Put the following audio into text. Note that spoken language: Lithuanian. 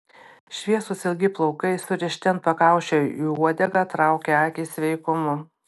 šviesūs ilgi plaukai surišti ant pakaušio į uodegą traukė akį sveikumu